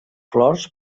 flors